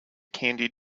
candied